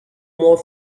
more